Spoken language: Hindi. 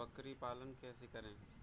बकरी पालन कैसे करें?